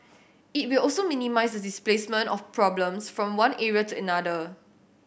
it will also minimise the displacement of problems from one area to another